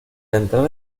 entrar